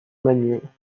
menu